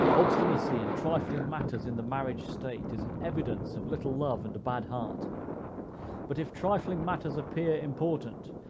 obstinacy in trifling matters in the marriage state is an evidence of little love and a bad heart but if trifling matters appear important,